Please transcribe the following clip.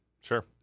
Sure